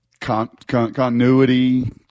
Continuity